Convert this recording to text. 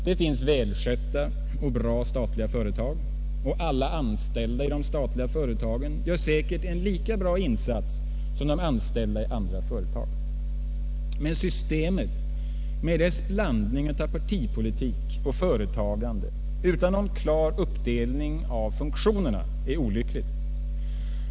Det finns välskötta och bra statliga företag, och alla anställda i de statliga företagen gör säkert en lika bra insats som de anställda i andra företag. Men systemet med dess blandning av partipolitik och företagande utan någon klar uppdelning av funktionerna är olyckligt.